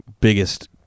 biggest